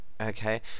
okay